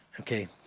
Okay